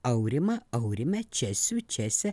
aurimą aurimę česių česę